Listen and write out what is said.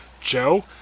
Joe